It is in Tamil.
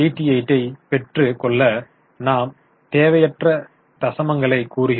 88 ஐப் பெற்று கொள்ள நாம் தேவையற்ற தசமங்களை கூறுகிறோம்